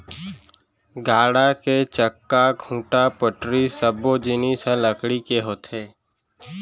गाड़ा के चक्का, खूंटा, पटरी सब्बो जिनिस ह लकड़ी के होथे